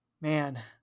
Man